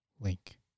link